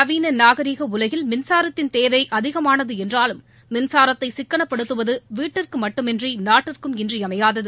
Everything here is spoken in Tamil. நவீன நாகரிக உலகில் மின்சாரத்தின் தேவை அதிகமானது என்றாலும் மின்சாரத்தை சிக்கனப்படுத்துவது வீட்டுக்கு மட்டுமின்றி நாட்டுக்கும் இன்றியமையாதது